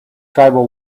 tribal